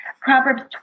Proverbs